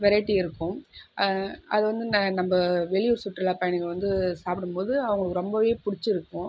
variety இருக்கும் அது வந்து நன் நம்ப வெளியூர் சுற்றுலா பயணிகள் வந்து சாப்பிடும் போது அவங்களுக்கு ரொம்பவே பிடிச்சிருக்கும்